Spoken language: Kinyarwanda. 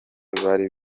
bari